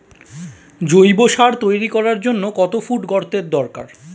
জৈব সার তৈরি করার জন্য কত ফুট গর্তের দরকার?